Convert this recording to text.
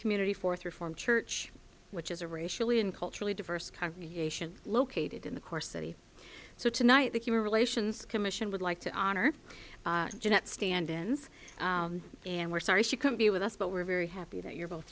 community fourth reform church which is a racially and culturally diverse congregation located in the course of so tonight the human relations commission would like to honor jeanette stand ins and we're sorry she couldn't be with us but we're very happy that you're both